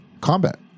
combat